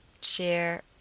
share